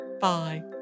Bye